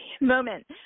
moment